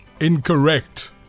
Incorrect